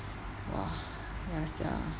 !wah! ya sia